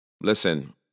listen